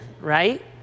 right